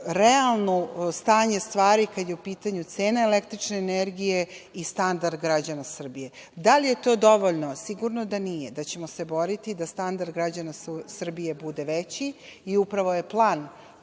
realno stanje stvari, kada je u pitanju cena električne energije i standard građana Srbije. Da li je to dovoljno? Sigurno da nije. Borićemo se da standard građana Srbije bude veći i upravo je plan